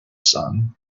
son